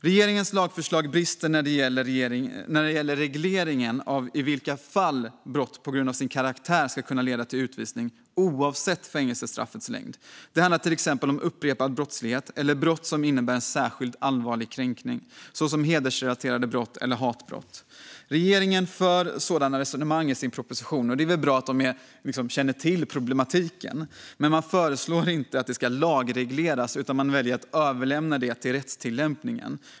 Regeringens lagförslag brister när det gäller regleringen av i vilka fall brott ska kunna leda till utvisning på grund av sin karaktär, oavsett fängelsestraffets längd. Det handlar till exempel om upprepad brottslighet eller brott som innebär särskilt allvarlig kränkning, såsom hedersrelaterade brott eller hatbrott. Regeringen för sådana resonemang i sin proposition. Det är väl bra att de känner till problematiken. Men man föreslår inte att det ska lagregleras utan väljer att överlämna det till rättstillämpningen.